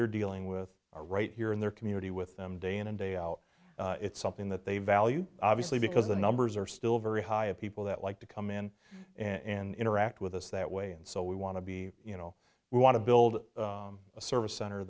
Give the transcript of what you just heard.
they're dealing with right here in their community with them day in and day out it's something that they value obviously because the numbers are still very high of people that like to come in in interact with us that way and so we want to be you know we want to build a service cent